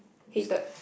hated